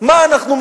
מה אנחנו,